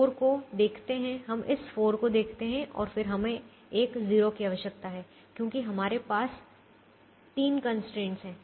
तो हम इस 4 को देखते हैं हम इस 4 को देखते हैं और फिर हमें एक 0 की आवश्यकता है क्योंकि हमारे पास 3 कंस्ट्रेंट्स हैं